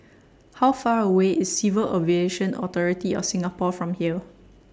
How Far away IS Civil Aviation Authority of Singapore from here